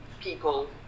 people